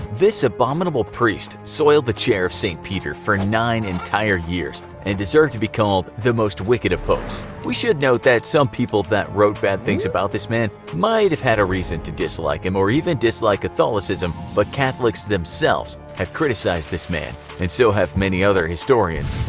this abominable priest soiled the chair of st. peter for nine entire years and deserved to be called the most wicked of popes. we should note that some people that wrote bad things about this man might have had a reason to dislike him, or even dislike catholicism, but catholics themselves have criticized this man and so have many other historians.